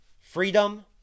Freedom